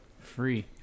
free